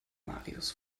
marius